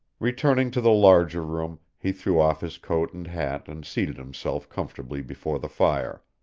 returning to the larger room, he threw off his coat and hat and seated himself comfortably before the fire.